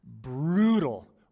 brutal